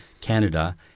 Canada